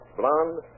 blonde